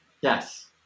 Yes